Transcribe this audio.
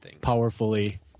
powerfully